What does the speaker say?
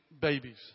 babies